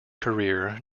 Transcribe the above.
career